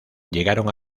llegaron